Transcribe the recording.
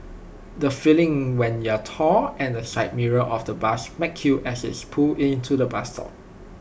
the feeling when you're tall and the side mirror of the bus smacks you as IT pulls into the bus stop